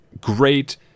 great